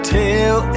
tell